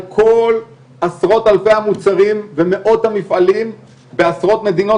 כל עשרות אלפי המוצרים ומאות המפעלים בעשרות מדינות